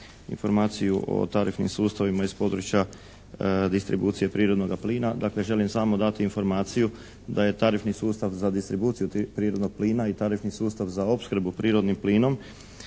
informaciju o tarifnim sustavima iz područja distribucije prirodnoga plina. Dakle, želim samo dati informaciju da je tarifni sustav za distribuciju prirodnog plina i tarifni sustav za opskrbu prirodnim plinom